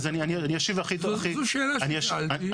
זו שאלה ששאלתי.